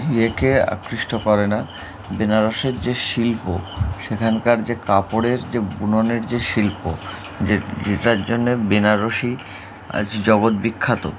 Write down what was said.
ইয়েকে আকৃষ্ট করে না বেনারসের যে শিল্প সেখানকার যে কাপড়ের যে বুননের যে শিল্প যে যেটার জন্যে বেনারসি আজ জগৎ বিখ্যাত